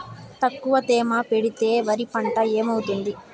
తక్కువ తేమ పెడితే వరి పంట ఏమవుతుంది